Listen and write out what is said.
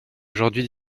aujourd’hui